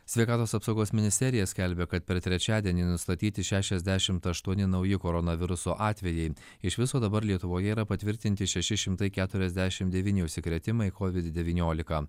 sveikatos apsaugos ministerija skelbia kad per trečiadienį nustatyti šešiasdešimt aštuoni nauji koronaviruso atvejai iš viso dabar lietuvoje yra patvirtinti šeši šimtai keturiasdešimt devyni užsikrėtimai covid devyniolika